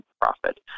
profit